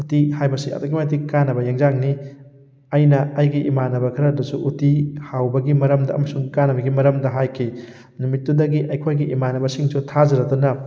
ꯎꯇꯤ ꯍꯥꯏꯕꯁꯤ ꯑꯗꯨꯛꯀꯤ ꯃꯇꯤꯛ ꯀꯥꯅꯕ ꯌꯦꯟꯖꯥꯡꯅꯤ ꯑꯩꯅ ꯑꯩꯒꯤ ꯏꯃꯥꯟꯅꯕ ꯈꯔꯗꯁꯨ ꯎꯇꯤ ꯍꯥꯎꯕꯒꯤ ꯃꯔꯝꯗ ꯑꯃꯁꯨꯡ ꯀꯥꯅꯕꯒꯤ ꯃꯔꯝꯗ ꯍꯥꯏꯈꯤ ꯅꯨꯃꯤꯠꯇꯨꯗꯒꯤ ꯑꯩꯈꯣꯏꯒꯤ ꯏꯃꯥꯟꯅꯕꯁꯤꯡꯁꯨ ꯊꯥꯖꯔꯗꯅ